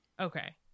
okay